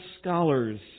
scholars